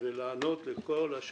הפרוצדורליים הודיעו, לא הודיעו,